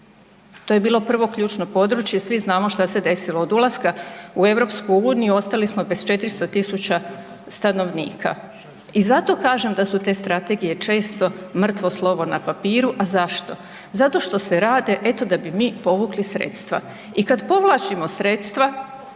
to je bilo prvo ključno područje, svi znamo šta se desilo, od ulaska u EU ostali smo bez 400 000 stanovnika i zato kažem da su te strategije često mrtvo slovo na papiru, a zašto? Zato što se rade eto da bi mi povukli sredstva. I kad povlačimo sredstva